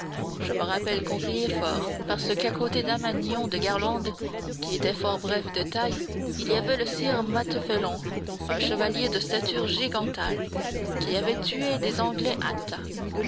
je me rappelle qu'on riait fort parce qu'à côté d'amanyon de garlande qui était fort bref de taille il y avait le sire matefelon un chevalier de stature gigantale qui avait tué des anglais